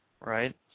right